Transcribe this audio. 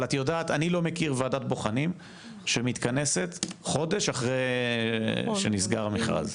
אבל אני לא מכיר ועדת בוחנים שמתכנסת חודש אחרי שנסגר המכרז,